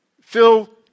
Phil